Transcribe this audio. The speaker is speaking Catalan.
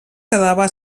quedava